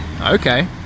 Okay